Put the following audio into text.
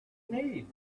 need